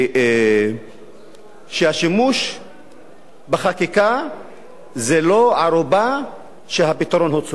שהשימוש בחקיקה זה לא ערובה שהפתרון הוא צודק.